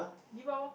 give up orh